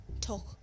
talk